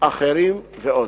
אחרים ועוד.